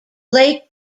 lake